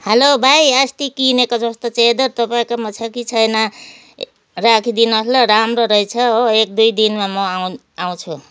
hello भाइ अस्ति किनेको जस्तो च्यादर तपाईँकोमा छ कि छैन राखिदिनु होस् ल राम्रो रहेछ हो एक दुई दिनमा म आउँ आउँछु